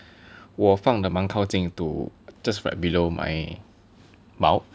我放得蛮靠近 to just right below my mouth